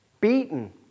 beaten